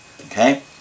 Okay